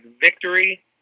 victory